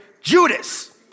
Judas